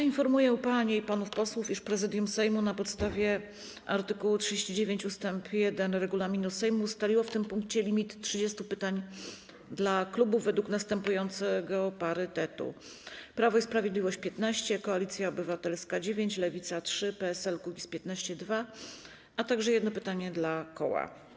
Informuję panie i panów posłów, iż Prezydium Sejmu na podstawie art. 39 ust. 1 regulaminu Sejmu ustaliło w tym punkcie limit 30 pytań dla klubów według następującego parytetu: Prawo i Sprawiedliwość - 15, Koalicja Obywatelska - 9, Lewica - 3, PSL-Kukiz15–2, a także jedno pytanie dla koła.